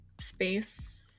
space